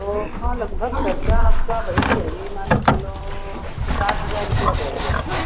तो ओहमा लगभग खर्चा आपका बईठ जई ई मान के चलो छः सात हजार रुपिया बैठ जाएगा